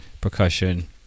Percussion